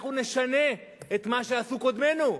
אנחנו נשנה את מה שעשו קודמינו.